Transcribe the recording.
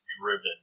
driven